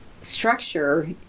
structure